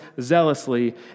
zealously